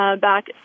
back